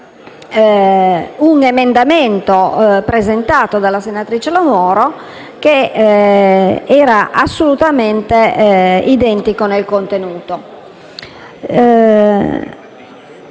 un emendamento presentato dalla senatrice Lo Moro, assolutamente identico nel contenuto.